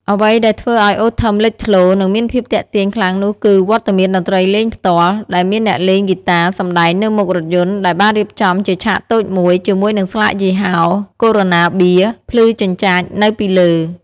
អ្វីដែលធ្វើឱ្យ អូ ថឹម លេចធ្លោ និងមានភាពទាក់ទាញខ្លាំងនោះគឺវត្តមានតន្ត្រីលេងផ្ទាល់ ដែលមានអ្នកលេងហ្គីតាសំដែងនៅមុខរថយន្តដែលបានរៀបចំជាឆាកតូចមួយ ជាមួយនឹងស្លាកយីហោ កូរ៉ូណាបៀរ ភ្លឺចិញ្ចាចនៅពីលើ។